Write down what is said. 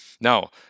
now